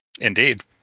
Indeed